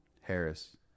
Harris